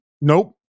Nope